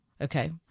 Okay